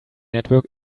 network